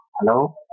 Hello